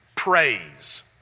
Praise